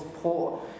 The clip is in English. poor